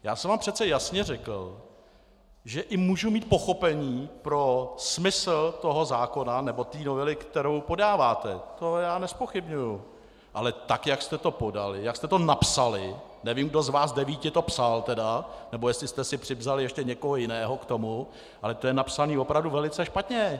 Já jsem vám přece jasně řekl, že i můžu mít pochopení pro smysl toho zákona, nebo té novely, kterou podáváte, to já nezpochybňuji, ale tak jak jste to podali, jak jste to napsali, nevím, kdo z vás devíti to psal tedy, nebo jestli jste si přivzali ještě někoho jiného k tomu, ale to je napsané opravdu velice špatně.